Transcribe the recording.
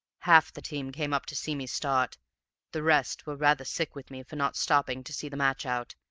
half the team came up to see me start the rest were rather sick with me for not stopping to see the match out,